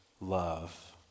love